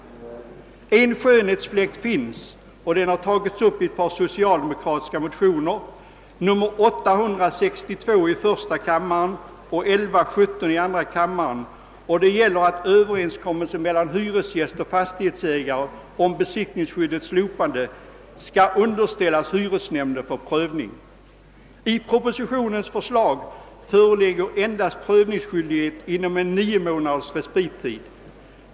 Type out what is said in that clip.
Det finns dock i förslaget en skönhetsfläck, som tagits upp i det socialdemokratiska motionsparet I: 862 och II: 1117, nämligen att överenskommelse mellan hyresgäst och fastighetsägare om besittningsskyddets slopande skall underställas hyresnämnden för prövning. I propositionens förslag föreligger endast prövningsskyldighet inom en respittid av nio månader.